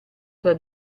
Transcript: tra